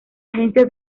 agencias